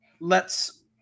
lets